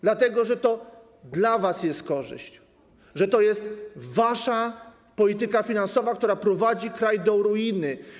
Dlatego, że to dla was jest korzyść, że to jest wasza polityka finansowa, która prowadzi kraj do ruiny.